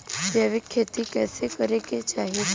जैविक खेती कइसे करे के चाही?